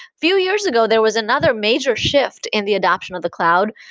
few years ago, there was another major shift in the adoption of the cloud.